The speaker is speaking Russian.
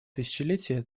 тысячелетия